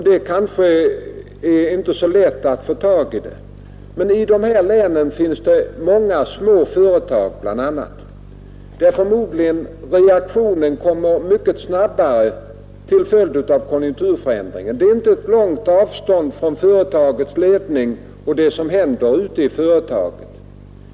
Det är kanske inte så lätt att ange det, men i dessa län finns det bl.a. många små företag, där förmodligen reaktionen vid konjunkturförändringen kommer mycket snabbare än i större företag. Avståndet mellan företagsledningen och det som händer ute i företagen är inte så långt.